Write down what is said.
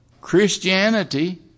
Christianity